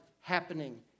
happening